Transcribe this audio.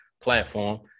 platform